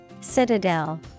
Citadel